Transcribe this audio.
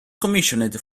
commissioned